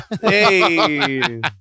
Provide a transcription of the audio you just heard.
Hey